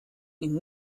ihn